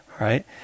right